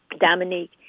Dominique